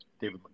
David